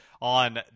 on